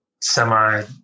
semi